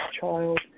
child